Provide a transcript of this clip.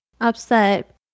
upset